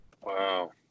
Wow